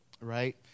Right